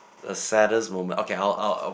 a saddest moment okay I'll I'll I'll